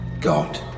God